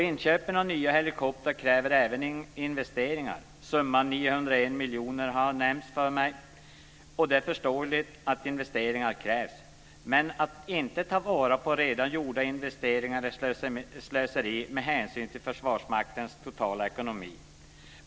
Inköpen av nya helikoptrar kräver även investeringar, summan 900 miljoner har nämnts. Det är förståeligt att investeringar krävs, men att inte ta vara på redan gjorda investeringar är slöseri med hänsyn till Försvarsmaktens totala ekonomi.